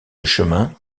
chemin